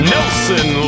Nelson